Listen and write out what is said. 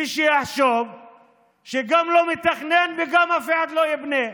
יחשוב שגם לא מתכננים וגם אף אחד לא יבנה.